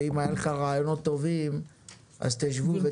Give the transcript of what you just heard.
שאם היו לך רעיונות טובים אז תשבו ותדברו.